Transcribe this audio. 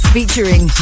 Featuring